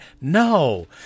No